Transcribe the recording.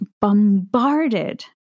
bombarded